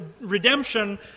redemption